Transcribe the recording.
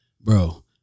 bro